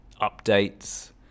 updates